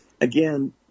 again